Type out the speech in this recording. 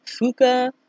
Fuka